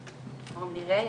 קוראים לי ריי,